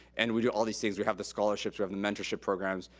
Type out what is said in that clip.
and we do all these things. we have the scholarships, we have the mentorship programs.